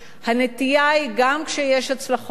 הנטייה היא, גם כשיש הצלחות,